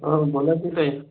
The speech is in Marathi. हा बोलायचं काय आहे